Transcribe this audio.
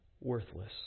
worthless